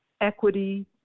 equity